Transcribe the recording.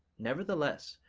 nevertheless,